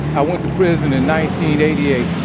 i went to prison in nineteen eighty-eight.